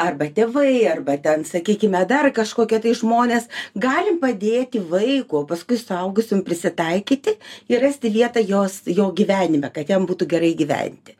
arba tėvai arba ten sakykime dar kažkokie tai žmonės galim padėti vaikui o paskui suaugusiam prisitaikyti ir rasti vietą jos jo gyvenime kad jam būtų gerai gyventi